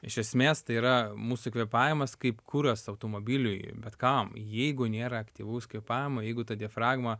iš esmės tai yra mūsų kvėpavimas kaip kuras automobiliui bet kam jeigu nėra aktyvaus kvėpavimo jeigu ta diafragma